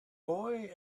boy